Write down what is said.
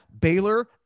Baylor